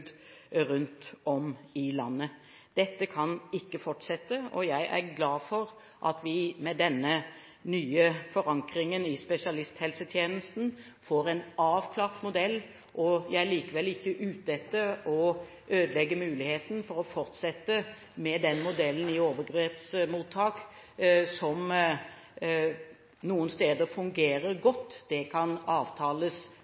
rundt om i landet. Dette kan ikke fortsette. Jeg er glad for at vi med den nye forankringen i spesialisthelsetjenesten får en avklart modell. Jeg er likevel ikke ute etter å ødelegge muligheten for å fortsette med den modellen som i noen overgrepsmottak